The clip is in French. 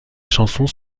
chansons